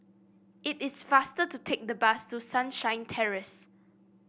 it is faster to take the bus to Sunshine Terrace